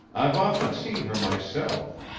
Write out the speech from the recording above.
i've often seen her myself.